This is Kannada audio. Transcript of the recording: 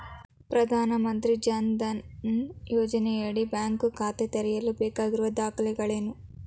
ಪ್ರಧಾನಮಂತ್ರಿ ಜನ್ ಧನ್ ಯೋಜನೆಯಡಿ ಬ್ಯಾಂಕ್ ಖಾತೆ ತೆರೆಯಲು ಬೇಕಾಗಿರುವ ದಾಖಲೆಗಳೇನು?